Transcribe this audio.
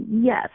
Yes